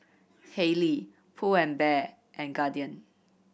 Haylee Pull anf Bear and Guardian